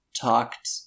talked